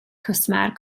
cwsmer